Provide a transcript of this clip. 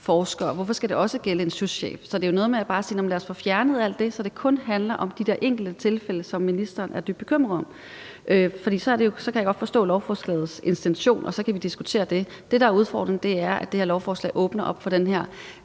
forskere? Og hvorfor skal det også gælde en souschef? Så det er jo noget med at sige, at lad os få fjernet alt det, så det kun handler om de der enkelte tilfælde, som ministeren er bekymret om. For så kan jeg godt forstå lovforslagets intention, og så kan vi diskutere det. Det, der er udfordringen, er, at det her lovforslag åbner op for den her